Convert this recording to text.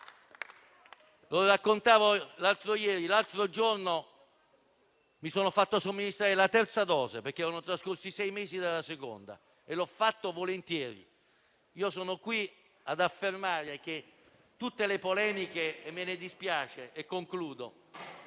Come dicevo l'altro giorno in Aula, io mi sono fatto somministrare la terza dose, perché erano trascorsi sei mesi dalla seconda, e l'ho fatto volentieri. Io sono qui ad affermare che tutte le polemiche, delle quali mi dispiace, messe